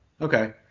okay